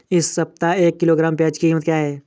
इस सप्ताह एक किलोग्राम प्याज की कीमत क्या है?